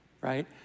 right